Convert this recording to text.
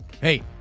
Hey